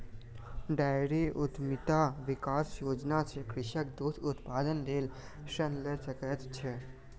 dairy उद्यमिता विकास योजना सॅ कृषक दूध उत्पादनक लेल ऋण लय सकै छै